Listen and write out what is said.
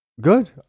good